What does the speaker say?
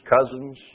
cousins